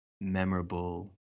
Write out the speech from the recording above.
memorable